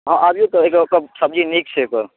हँ आबियौ तऽ एक बेर सब्जी नीक छै